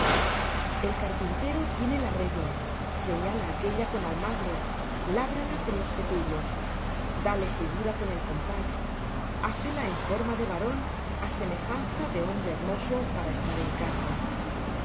el carpintero tiende la regla señala aquélla con almagre lábrala con los cepillos dale figura con el compás hácela en forma de varón á semejanza de hombre hermoso para estar en casa